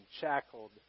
shackled